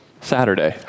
Saturday